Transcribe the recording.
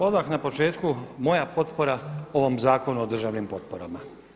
Odmah na početku moja potpora ovom Zakonu o državnim potporama.